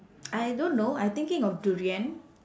I don't know I thinking of durian